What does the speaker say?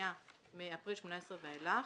והשנייה מאפריל 18' ואילך.